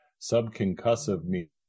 Subconcussive